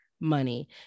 money